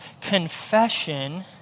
confession